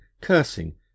cursing